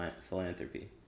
philanthropy